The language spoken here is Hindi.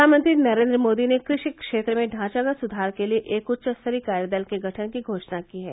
प्रधानमंत्री नरेन्द्र मोदी ने कृषि क्षेत्र में ढांचागत सुधार के लिए एक उच्चस्तरीय कार्यदल के गठन की घोषणा की है